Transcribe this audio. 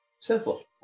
Simple